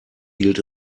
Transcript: hielt